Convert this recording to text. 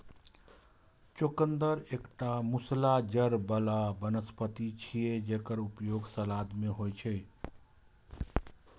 चुकंदर एकटा मूसला जड़ बला वनस्पति छियै, जेकर उपयोग सलाद मे होइ छै